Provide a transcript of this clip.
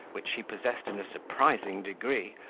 which he possessed in a surprising degree,